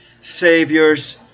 Savior's